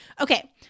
Okay